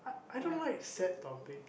I don't like sad topic